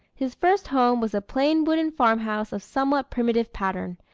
his first home was a plain wooden farmhouse of somewhat primitive pattern,